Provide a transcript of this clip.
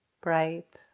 bright